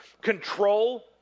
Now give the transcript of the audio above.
control